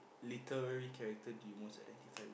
literary character do you most identify